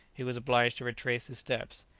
he was obliged to retrace his steps.